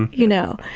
you know,